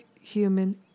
human